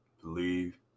believe